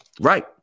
Right